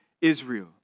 Israel